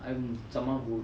I'm someone who